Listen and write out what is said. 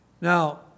Now